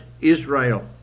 Israel